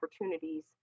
opportunities